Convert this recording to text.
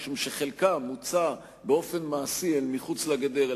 משום שחלקה מוצא באופן מעשי אל מחוץ לגדר,